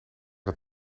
dat